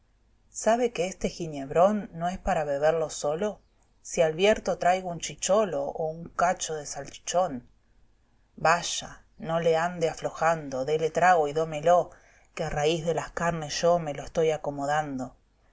sabe que este giñebrón no es para beberlo solo si alvierto traigo un éhicholo o un cacho de salchichón patjsto vaya no le ande aflojando dele trago y dómelo que a raiz de las carnes yo me lo estoy acomodando